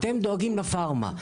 אתם דואגים לפארמה.